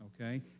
okay